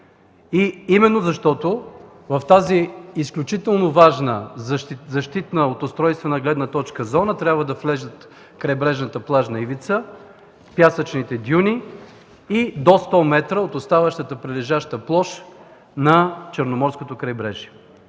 и именно защото в тази изключително важна защитна от устройствена гледна точка зона, трябва да влязат крайбрежната плажна ивица, пясъчните дюни и до 100 метра от оставащата прилежаща площ на Черноморското крайбрежие.